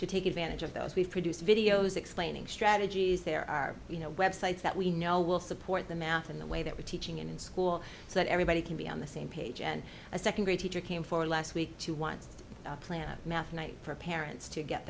to take advantage of those we've produced videos explaining strategies there are you know websites that we know will support the math in the way that we're teaching it in school so that everybody can be on the same page and a second grade teacher came for last week to want to plan a math night for parents to get